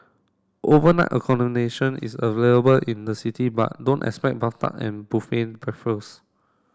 overnight accommodation is available in the city but don't expect bathtub and buffet breakfasts